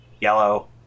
Yellow